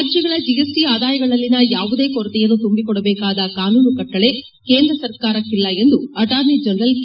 ರಾಜ್ಯಗಳ ಜಿಎಸ್ಟಿ ಆದಾಯಗಳಲ್ಲಿನ ಯಾವುದೇ ಕೊರತೆಯನ್ನು ತುಂಬಿಕೊಡಬೇಕಾದ ಕಾನೂನು ಕಟ್ಟಳೆ ಕೇಂದ್ರ ಸರ್ಕಾರಕ್ಕಿಲ್ಲ ಎಂದು ಅಟಾರ್ನಿ ಜನರಲ್ ಕೆ